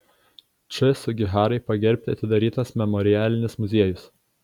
č sugiharai pagerbti atidarytas memorialinis muziejus